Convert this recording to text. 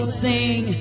sing